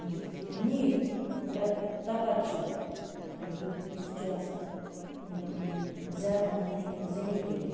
کِہیٖنۍ نِیہِ مگر توٚپَتہٕ چھِ مےٚ دوٚپ یُس یہِ چھِ آسان یِم زیادٕ پہمتھ ہٮ۪کہِ زٔنی کٔرِتھ